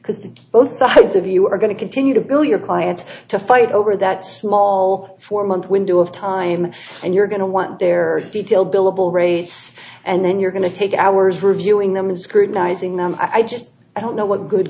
because both sides of you are going to continue to build your clients to fight over that small four month window of time and you're going to want their detailed billable rates and then you're going to take hours reviewing them and scrutinizing them i just i don't know what good